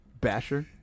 Basher